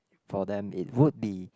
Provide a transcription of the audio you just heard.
for them it would be